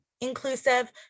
inclusive